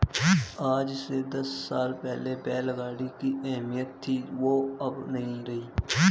आज से दस साल पहले जो बैल गाड़ी की अहमियत थी वो अब नही रही